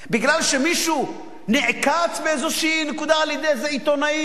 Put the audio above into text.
כי מישהו נעקץ באיזו נקודה על-ידי איזה עיתונאי?